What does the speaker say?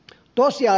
vielä lopuksi